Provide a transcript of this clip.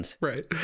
right